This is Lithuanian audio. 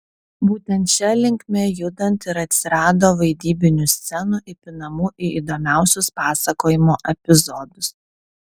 būtent šia linkme judant ir atsirado vaidybinių scenų įpinamų į įdomiausius pasakojimo epizodus